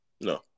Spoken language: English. No